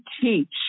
teach